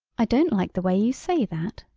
i don't like the way you say that,